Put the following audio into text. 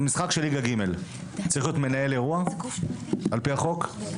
האם בכל משחק של ליגה ג' צריך להיות מנהל אירוע על פי החוק?